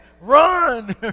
run